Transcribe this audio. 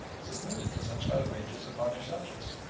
submitted to such outrages upon their subjects.